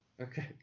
Okay